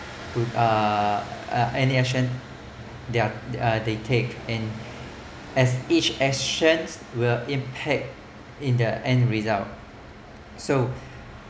uh any action they're uh they take and as each actions will impact in the end result so